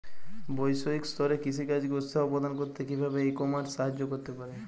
বৈষয়িক স্তরে কৃষিকাজকে উৎসাহ প্রদান করতে কিভাবে ই কমার্স সাহায্য করতে পারে?